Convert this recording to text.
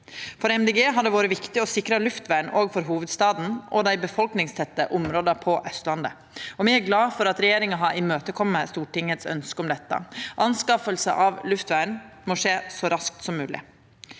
Grøne har det vore viktig å sikra luftvern òg for hovudstaden og dei befolkningstette områda på Austlandet, og me er glad for at regjeringa har imøtekome Stortingets ønske om dette. Anskaffing av luftvern må skje så raskt som mogleg.